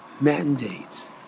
mandates